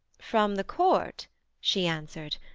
from the court she answered,